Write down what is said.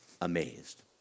amazed